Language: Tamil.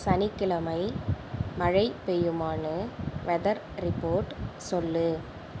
சனிக்கிழமை மழை பெய்யுமான்னு வெதர் ரிப்போர்ட் சொல்